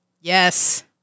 Yes